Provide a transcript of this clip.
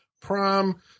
prom